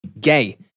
Gay